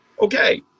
Okay